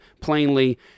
plainly